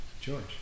George